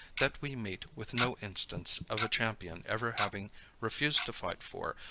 that we meet with no instance of a champion ever having refused to fight for,